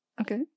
Okay